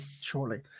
shortly